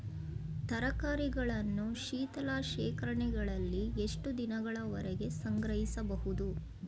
ತರಕಾರಿಗಳನ್ನು ಶೀತಲ ಶೇಖರಣೆಗಳಲ್ಲಿ ಎಷ್ಟು ದಿನಗಳವರೆಗೆ ಸಂಗ್ರಹಿಸಬಹುದು?